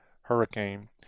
hurricane